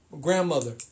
Grandmother